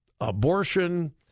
abortion